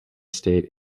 state